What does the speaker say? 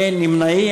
אין נמנעים.